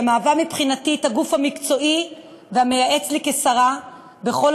שמהווה מבחינתי הגוף המקצועי והמייעץ לי כשרה בכל